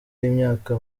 y’imyaka